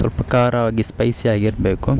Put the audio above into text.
ಸ್ವಲ್ಪ ಖಾರವಾಗಿ ಸ್ಪೈಸಿಯಾಗಿರಬೇಕು